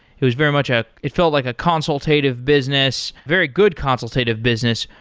it was very much a it felt like a consultative business, very good consultative business,